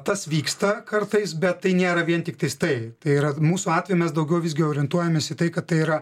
tas vyksta kartais bet tai nėra vien tiktais tai tai yra mūsų atveju mes daugiau visgi orientuojamės į tai kad tai yra